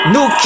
New